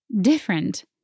Different